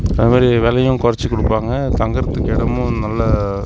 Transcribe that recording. அதேமாதிரி விலையும் குறைச்சு கொடுப்பாங்க தங்குறத்துக்கு இடமும் நல்ல